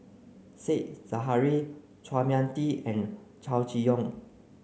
Said Zahari Chua Mia Tee and Chow Chee Yong